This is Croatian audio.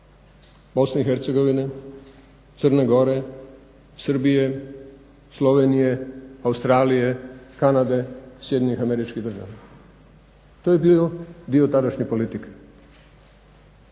Bosne i Hercegovine, Crne Gore, Srbije, Slovenije, Australije, Kanade, SAD-a. To je bio dio tadašnje politike